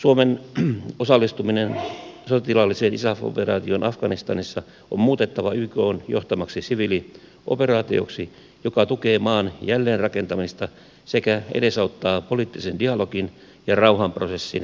suomen osallistuminen sotilaalliseen isaf operaatioon afganistanissa on muutettava ykn johtamaksi siviilioperaatioksi joka tukee maan jälleenrakentamista sekä edesauttaa poliittisen dialogin ja rauhanprosessin aikaansaamista